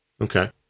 Okay